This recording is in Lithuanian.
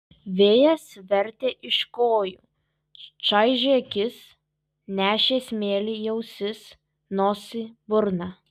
vėjas vertė iš kojų čaižė akis nešė smėlį į ausis nosį burną